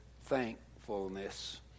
thankfulness